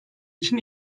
için